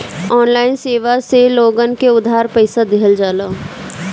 online सेवा से लोगन के उधार पईसा देहल जाला